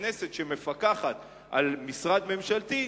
ככנסת שמפקחת על משרד ממשלתי,